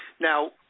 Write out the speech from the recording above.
Now